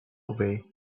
away